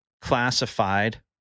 classified